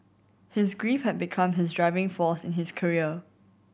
his grief had become his driving force in his career